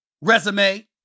resume